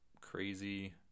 crazy